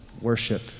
worship